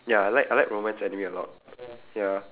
ya I like I like romance anime a lot ya